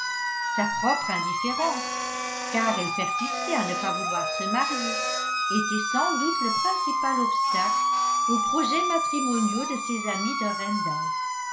sa propre indifférence car elle persistait à ne pas vouloir se marier était sans doute le principal obstacle aux projets matrimoniaux de ses amis de